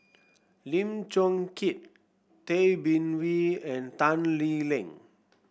Lim Chong Keat Tay Bin Wee and Tan Lee Leng